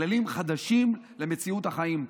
כללים חדשים למציאות החיים,